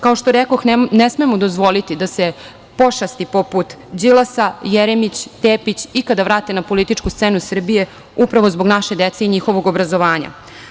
Kao što rekoh, ne smemo dozvoliti da se pošasti poput Đilasa, Jeremića, Tepić ikada vrate na političku scenu Srbije upravo zbog naše dece i njihovog obrazovanja.